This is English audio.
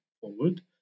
forward